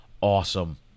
awesome